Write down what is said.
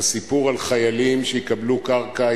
הסיפור על חיילים שיקבלו קרקע,